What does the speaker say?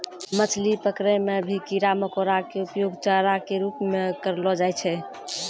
मछली पकड़ै मॅ भी कीड़ा मकोड़ा के उपयोग चारा के रूप म करलो जाय छै